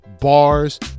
bars